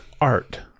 art